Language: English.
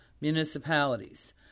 municipalities